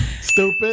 stupid